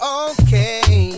okay